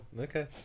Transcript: okay